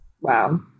Wow